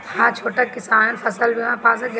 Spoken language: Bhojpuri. हा छोटा किसान फसल बीमा पा सकेला?